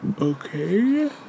Okay